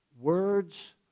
Words